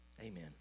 amen